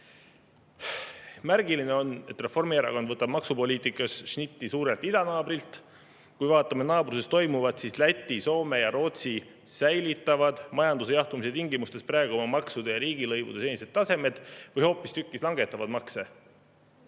Märgiline on, et Reformierakond võtab maksupoliitikas šnitti suurelt idanaabrilt. Kui vaatame naabruses toimuvat, siis Läti, Soome ja Rootsi säilitavad majanduse jahtumise tingimustes praegu oma maksude ja riigilõivude seniseid tasemed või hoopistükkis langetavad makse.